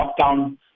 lockdown